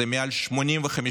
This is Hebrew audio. זה מעל 85%,